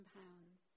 pounds